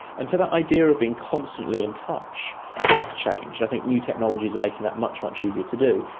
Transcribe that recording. and so the idea of being constantly in touch has changed. i think new technologies are making that much, much easier to do,